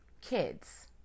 kids